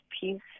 peace